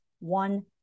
one